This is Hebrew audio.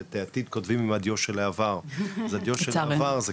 שאת העתיד כותבים עם הדיו של העבר זה דיו של העבר,